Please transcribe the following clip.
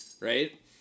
right